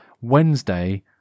wednesday